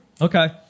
Okay